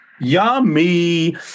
yummy